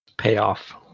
Payoff